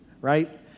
right